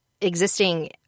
existing